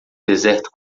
deserto